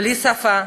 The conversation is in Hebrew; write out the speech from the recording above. בלי שפה,